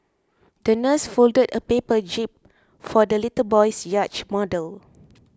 the nurse folded a paper jib for the little boy's yacht model